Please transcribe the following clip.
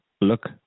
look